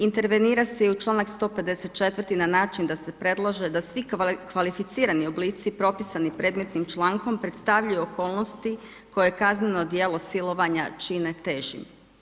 Intervenira se i članak 154. na način da se predloži da svi kvalificirani oblici propisani predmetnim člankom predstavljaju okolnosti koje kazneno djelo silovanja čine težim.